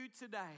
today